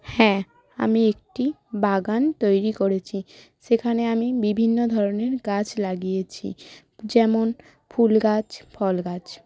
হ্যাঁ আমি একটি বাগান তৈরি করেছি সেখানে আমি বিভিন্ন ধরনের গাছ লাগিয়েছি যেমন ফুল গাছ ফল গাছ